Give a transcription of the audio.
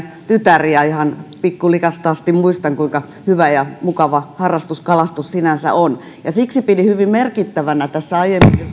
tytär ollut ihan pikkulikasta asti ja muistan kuinka hyvä ja mukava harrastus kalastus sinänsä on siksi pidin hyvin merkittävänä tässä aiemmin